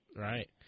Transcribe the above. right